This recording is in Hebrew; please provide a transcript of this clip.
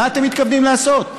מה אתם מתכוונים לעשות?